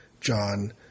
John